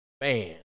Man